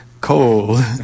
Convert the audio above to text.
cold